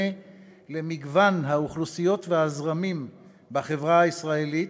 למגוון האוכלוסיות והזרמים בחברה הישראלית,